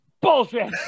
bullshit